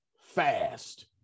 fast